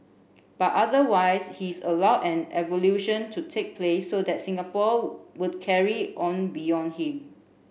but otherwise his allowed an evolution to take place so that Singapore would carry on beyond him